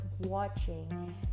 watching